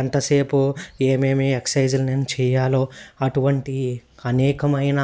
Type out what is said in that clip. ఎంతసేపు ఏమేమి ఎక్ససైజులు నేను చేయా్యాలో అటువంటి అనేకమైన